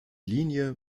linie